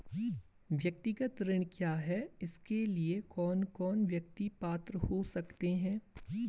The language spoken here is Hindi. व्यक्तिगत ऋण क्या है इसके लिए कौन कौन व्यक्ति पात्र हो सकते हैं?